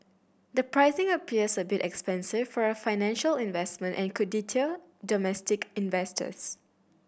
the pricing appears a bit expensive for a financial investment and could deter domestic investors